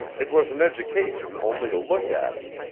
it was an education only to look at it.